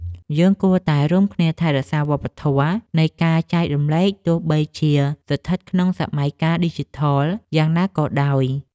យើងគួរតែរួមគ្នាថែរក្សាវប្បធម៌នៃការចែករំលែកទោះបីជាស្ថិតក្នុងសម័យកាលឌីជីថលយ៉ាងណាក៏ដោយ។